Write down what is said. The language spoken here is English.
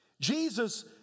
Jesus